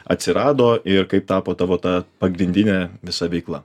atsirado ir kaip tapo tavo ta pagrindine visa veikla